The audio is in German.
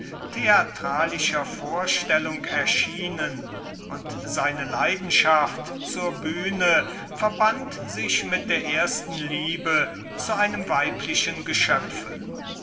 theatralischer vorstellung erschienen und seine leidenschaft zur bühne verband sich mit der ersten liebe zu einem weiblichen geschöpfe